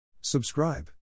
Subscribe